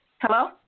Hello